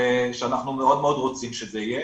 שאנחנו מאוד רוצים שזה יהיה.